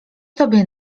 tobie